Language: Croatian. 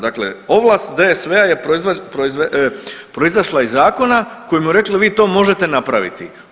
Dakle, ovlast DSV je proizašla iz zakona koji mu je rekao vi to možete napraviti.